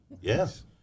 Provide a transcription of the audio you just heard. Yes